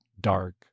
dark